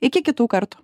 iki kitų kartų